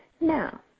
Now